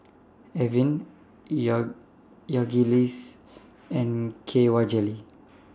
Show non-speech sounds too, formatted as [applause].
Avene [unintelligible] and K Y Jelly